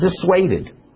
dissuaded